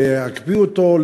להקפיא אותו,